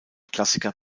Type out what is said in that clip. klassiker